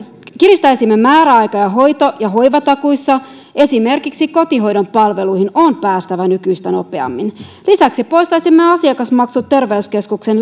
kiristäisimme määräaikoja hoito ja hoivatakuissa esimerkiksi kotihoidon palveluihin on päästävä nykyistä nopeammin lisäksi poistaisimme asiakasmaksut terveyskeskuksen